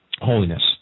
holiness